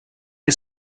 che